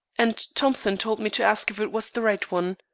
and thompson told me to ask if it was the right one.